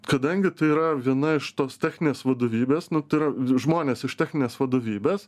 kadangi tai yra viena iš tos techninės vadovybės nu tai yra žmonės iš techninės vadovybės